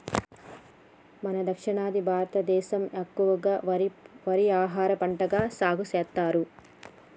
మన దక్షిణాది భారతదేసం ఎక్కువగా వరిని ఆహారపంటగా సాగుసెత్తారు